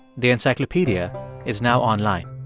the encyclopedia is now online.